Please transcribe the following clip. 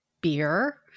beer